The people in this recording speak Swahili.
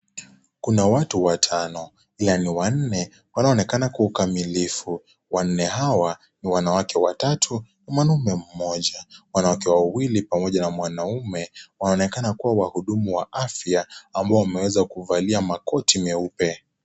Kuna watu watano ila ni wanne wanao onekana kwa ukamilifu, wanne hawa ni wanawake watatu na mwanaume mmoja. Wanawake wawili pamoja na mwanaume wanaonekana kuwa wahudumu wa afya ambao wameweza kuvalia makoti meupe.